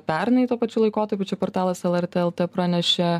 pernai tuo pačiu laikotarpiu čia portalas lrt lt pranešė